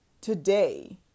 today